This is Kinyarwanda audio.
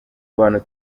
bantu